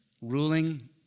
ruling